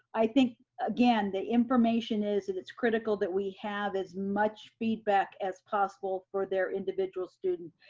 i think, again, the information is that it's critical that we have as much feedback as possible for their individual student.